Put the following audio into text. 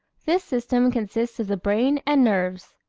this system consists of the brain and nerves.